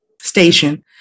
station